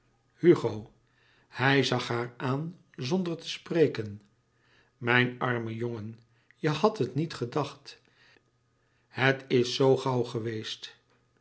hugo hij zag haar aan zonder te spreken mijn arme jongen je hadt het niet gedacht het is zoo gauw geweest